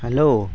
hello